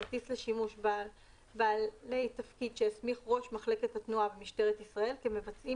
כרטיס לשימוש בעלי תפקיד שהסמיך ראש מחלקת התנועה במשטרת ישראל כמבצעים